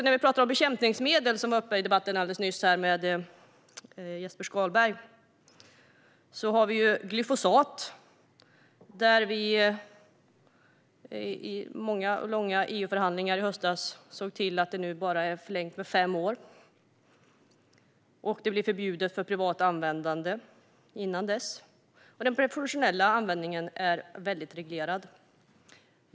När vi talar om bekämpningsmedel, som Jesper Skalberg Karlsson tog upp alldeles nyss, kan jag nämna glyfosat. Efter många och långa EU-förhandlingar i höstas blev det en förlängning på enbart fem år, och privat användande av glyfosat blir förbjudet innan dess. Och den professionella användningen är reglerad.